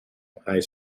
high